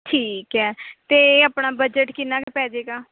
ਠੀਕ ਹੈ ਅਤੇ ਆਪਣਾ ਬਜਟ ਕਿੰਨਾਂ ਕੁ ਪੈਜੇਗਾ